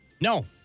No